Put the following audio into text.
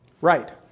Right